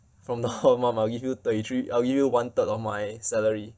from now on mom I'll give you thirty three I'll give you one-third of my salary